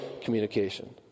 communication